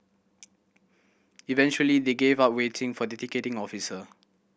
eventually they gave up waiting for the ticketing officer